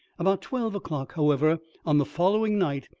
about twelve o'clock, however, on the following night,